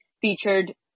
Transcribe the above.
featured